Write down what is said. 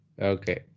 Okay